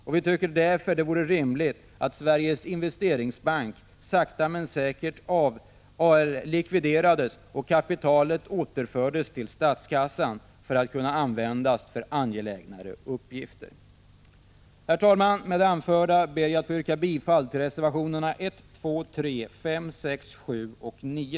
Därför tycker vi det vore rimligt att Sveriges investeringsbank sakta men säkert likviderades och kapitalet återfördes till statskassan för att användas för angelägnare ändamål. Herr talman! Med det anförda ber jag att få yrka bifall till reservationerna 1, 2;3,.5, 6, T:och9.